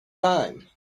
time